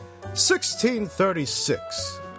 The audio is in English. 1636